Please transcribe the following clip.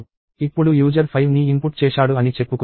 ఇప్పుడు యూజర్ 5 ని ఇన్పుట్ చేశాడు అని చెప్పుకుందాం